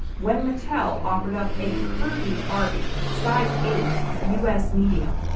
when mattel offered up a curvy barbie, size eight, us medium,